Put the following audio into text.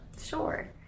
sure